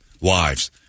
wives